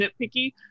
nitpicky